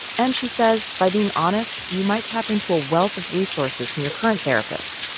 and, she says, by being honest, you might tap into a wealth of resources from your current therapist,